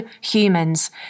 humans